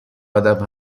ادب